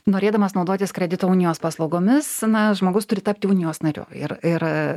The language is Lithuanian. norėdamas naudotis kredito unijos paslaugomis na žmogus turi tapti unijos nariu ir ir